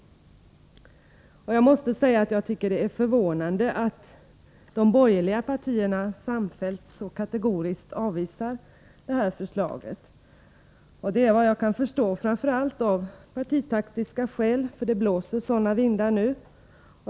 Jag måste säga att det är förvånande att de borgerliga partierna samfällt så kategoriskt avvisar förslaget om folkoch bostadsräkning 1985. Det är, såvitt jag kan förstå, framför allt av partitaktiska skäl, för det blåser sådana vindar nu.